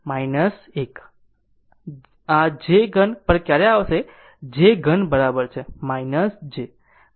આ j ઘન પર ક્યારે આવશે j ઘન બરાબર છે j